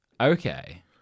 Okay